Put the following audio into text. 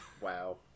Wow